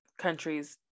countries